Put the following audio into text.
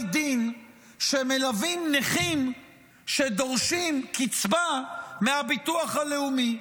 דין שמלווים נכים שדורשים קצבה מהביטוח הלאומי,